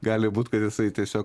gali būti kad jisai tiesiog